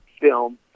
film